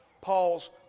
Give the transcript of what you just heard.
Paul's